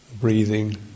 breathing